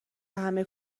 همه